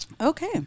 Okay